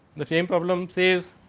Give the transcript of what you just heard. the frame problem says,